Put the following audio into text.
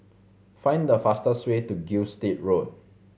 find the fastest way to Gilstead Road